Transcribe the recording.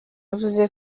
yavuze